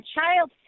child